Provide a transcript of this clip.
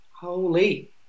holy